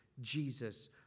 Jesus